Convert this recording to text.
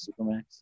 supermax